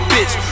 Bitch